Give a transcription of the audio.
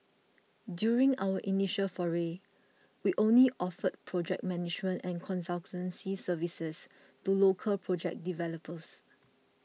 during our initial foray we only offered project management and consultancy services to local project developers